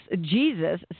Jesus